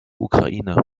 ukraine